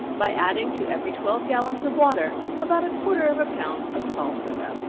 by adding to every twelve gallons of water, about a quarter of a pound of sal soda.